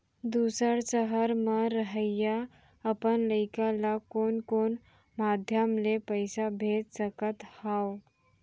दूसर सहर म रहइया अपन लइका ला कोन कोन माधयम ले पइसा भेज सकत हव?